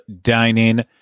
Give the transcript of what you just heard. dining